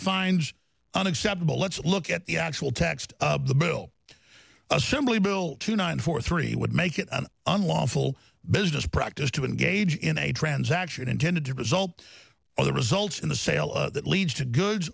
finds unacceptable let's look at the actual text of the bill assembly bill two nine four three would make it unlawful business practice to engage in a transaction intended to result of the results in the sale of that leads to goods